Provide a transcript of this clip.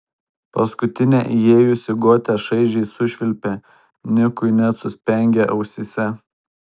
paskutinė įėjusi gotė šaižiai sušvilpė nikui net suspengė ausyse